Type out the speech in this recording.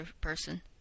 person